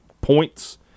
points